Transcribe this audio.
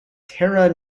terra